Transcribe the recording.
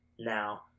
now